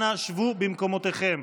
אנא שבו במקומותיכם.